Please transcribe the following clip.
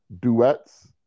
duets